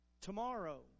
tomorrow